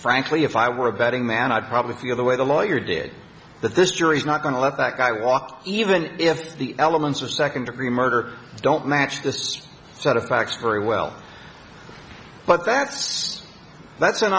frankly if i were a betting man i'd probably feel the way the lawyer did that this jury is not going to let that guy walk even if the elements of second degree murder don't match this set of facts very well but that's that's an